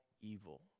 evil